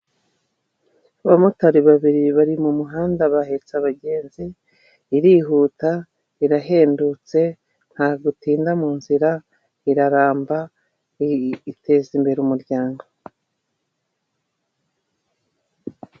Abamotari babiri bari mu muhanda bahetse abagenzi ,irihuta ,irahendutse , ntago itinda mu nzira, iraramba ,iteza imbere umuryango.